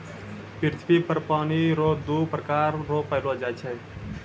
पृथ्वी पर पानी रो दु प्रकार रो पैलो जाय छै